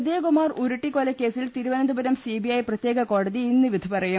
ഉദയകുമാർ ഉരുട്ടിക്കൊലക്കേസിൽ തിരുവനന്തപുരം സിബിഐ പ്രത്യേക കോടതി ഇന്ന് വിധി പറയും